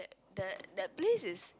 the the place is